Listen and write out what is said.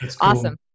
awesome